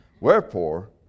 Wherefore